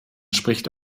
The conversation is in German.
spricht